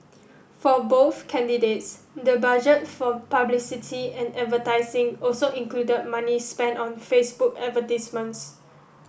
for both candidates the budget for publicity and advertising also included money spent on Facebook advertisements